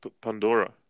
Pandora